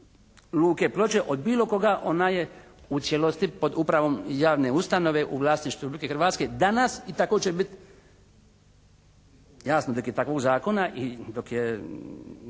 luke Ploče od bilo koga. Ona je u cijelosti pod upravom javne ustanove u vlasništvu Republike Hrvatske danas i tako će biti. Jasno dok je takvog zakona i dok je,